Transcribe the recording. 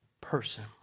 person